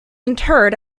interred